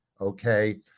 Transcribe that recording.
Okay